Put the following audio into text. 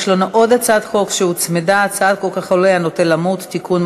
יש לנו עוד הצעת חוק שהוצמדה: הצעת החולה הנוטה למות (תיקון,